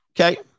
Okay